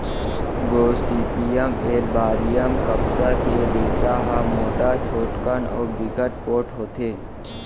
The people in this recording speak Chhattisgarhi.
गोसिपीयम एरबॉरियम कपसा के रेसा ह मोठ, छोटकन अउ बिकट पोठ होथे